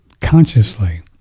consciously